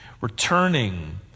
returning